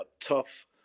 tough